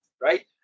right